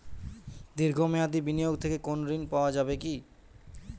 দীর্ঘ মেয়াদি বিনিয়োগ থেকে কোনো ঋন পাওয়া যাবে কী?